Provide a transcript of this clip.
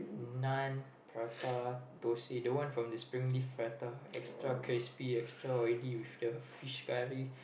naan prata thosai the one from the Springleaf prata extra crispy extra oily with the fish garlic